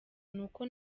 nuko